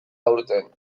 aurten